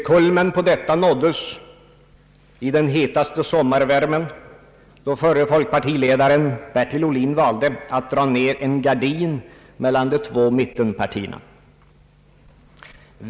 Kulmen på detta nåddes i den hetaste sommarvärmen, då förre folkpartiledaren Bertil Ohlin valde att dra ner en gardin mellan de två mittenpartierna.